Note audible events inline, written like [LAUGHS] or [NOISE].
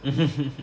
[LAUGHS]